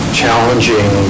challenging